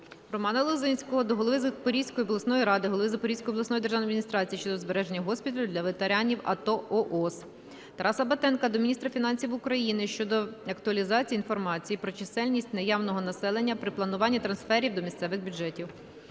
Романа Лозинського до голови Запорізької обласної ради, голови Запорізької обласної державної адміністрації щодо збереження госпіталю для ветеранів АТО/ООС. Тараса Батенка до міністра фінансів України щодо актуалізації інформації про чисельність наявного населення при плануванні трансфертів до місцевих бюджетів.